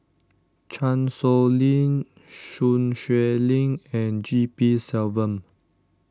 Chan Sow Lin Sun Xueling and G P Selvam